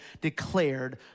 declared